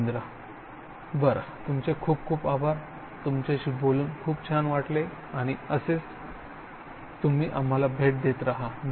रवींद्र बरं तुमचे खूप खूप आभार तुमच्याशी बोलून खूप छान वाटले आणि असेच तुम्ही आम्हाला भेट देत राहा